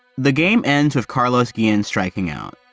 the game ends with carlos guillen striking out.